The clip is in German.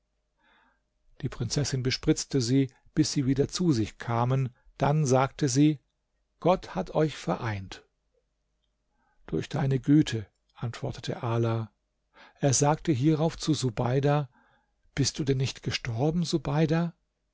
die prinzessin bespritzte sie bis sie wieder zu sich kamen dann sagte sie gott hat euch vereint durch deine güte antwortete ala er sagte hierauf zu subeida bist du denn nicht gestorben subeida